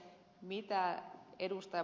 mitä ed